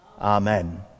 amen